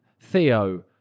theo